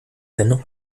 dennoch